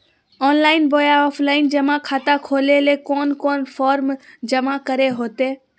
Online बोया offline जमा खाता खोले ले कोन कोन फॉर्म जमा करे होते?